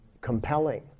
compelling